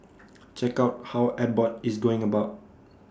check out how Abbott is going about